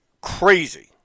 crazy